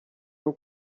não